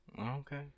Okay